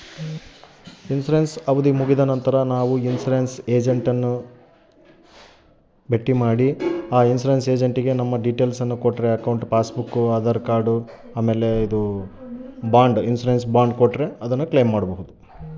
Insurance claim ಮಾಡೋದು ಹೆಂಗ?